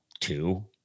two